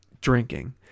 drinking